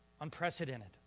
unprecedented